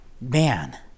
Man